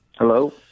Hello